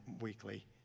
weekly